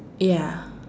ya